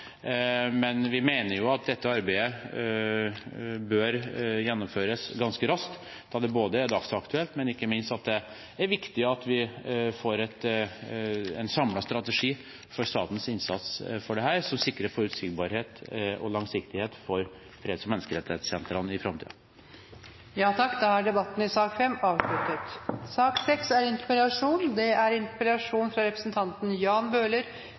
men vi mener jo at dette arbeidet bør gjennomføres ganske raskt, da det både er dagsaktuelt og ikke minst viktig at vi får en samlet strategi for statens innsats for dette, som sikrer forutsigbarhet og langsiktighet for freds- og menneskerettighetssentrene i framtiden. Da er debatten i sak nr. 5 avsluttet.